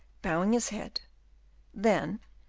bowing his head then,